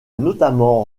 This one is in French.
notamment